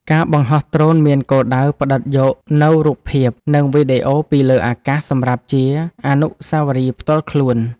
ការបង្ហោះដ្រូនមានគោលដៅផ្ដិតយកនូវរូបភាព និងវីដេអូពីលើអាកាសសម្រាប់ជាអនុស្សាវរីយ៍ផ្ទាល់ខ្លួន។